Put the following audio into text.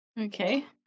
Okay